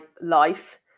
life